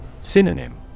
Synonym